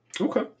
Okay